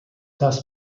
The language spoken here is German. das